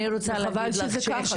אני רוצה להגיד לך שזה לא נכון,